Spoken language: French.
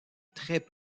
très